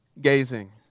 gazing